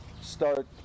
start